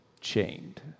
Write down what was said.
chained